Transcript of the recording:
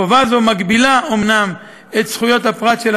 חובה זו מגבילה את זכויות הפרט של